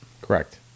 Correct